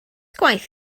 gwaith